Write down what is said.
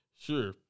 Sure